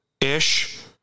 Ish